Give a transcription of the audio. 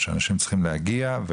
שאנשים צריכים להגיע,